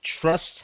trust